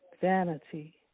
vanity